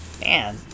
Man